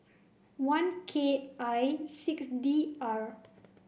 one K I six D R